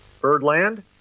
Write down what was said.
Birdland